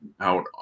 out